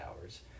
hours